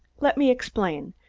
let me explain!